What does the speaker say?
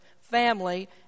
family